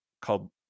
called